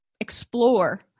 explore